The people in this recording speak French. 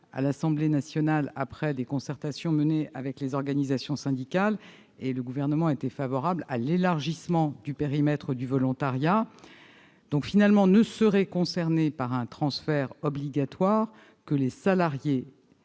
à l'Assemblée nationale après concertations avec les organisations syndicales. Le Gouvernement était favorable à l'élargissement du périmètre du volontariat. Finalement, ne seraient concernés par un transfert obligatoire que les salariés